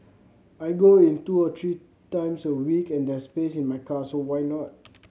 I go in two or three times a week and there's space in my car so why not